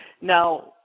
Now